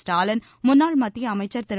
ஸ்டாலின் முன்னாள் மத்திய அமைச்சர் திரு